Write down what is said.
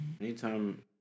Anytime